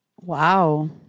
Wow